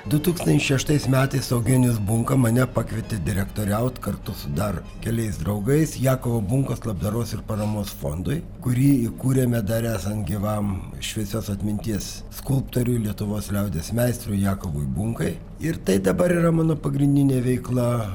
du tūkstančiai šeštais metais eugenijus bunka mane pakvietė direktoriaut kartu su dar keliais draugais jakovo bunkos labdaros ir paramos fondui kurį įkūrėme dar esant gyvam šviesios atminties skulptoriui lietuvos liaudies meistrui jakovui bunkai ir tai dabar yra mano pagrindinė veikla